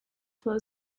flow